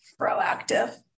proactive